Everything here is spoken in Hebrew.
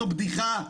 זו בדיחה.